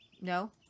No